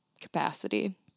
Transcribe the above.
capacity